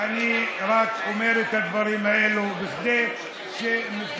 אני רק אומר את הדברים האלה כדי שמבחינה